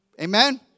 Amen